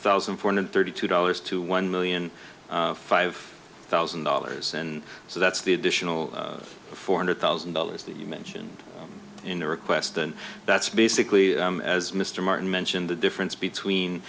thousand four hundred thirty two dollars to one million five thousand dollars and so that's the additional four hundred thousand dollars that you mentioned in your request and that's basically as mr martin mentioned the difference between